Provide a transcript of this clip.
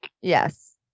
Yes